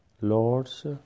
lord's